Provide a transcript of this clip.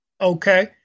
okay